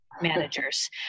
managers